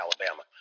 Alabama